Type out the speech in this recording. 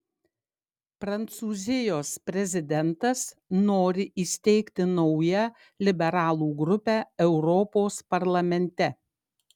prancūzijos prezidentas nori įsteigti naują liberalų grupę europos parlamente